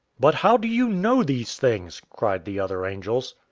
but how do you know these things? cried the other angels.